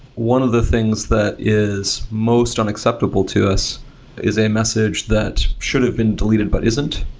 one of the things that is most unacceptable to us is a message that should've been deleted, but isn't.